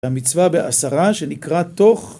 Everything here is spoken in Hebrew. המצווה בעשרה שנקרא תוך